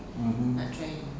mm hmm